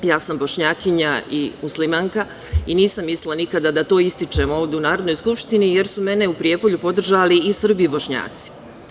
Ja sam Bošnjakinja i muslimanka i nisam mislila nikada da to ističem ovde u Narodnoj skupštini, jer su mene u Prijepolju podržali i Srbi i Bošnjaci.